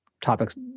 topics